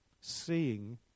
seeing